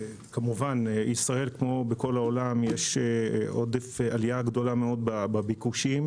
כמובן בישראל כמו בכל העולם יש עלייה גדולה מאוד בביקושים,